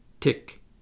tick